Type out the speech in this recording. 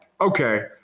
Okay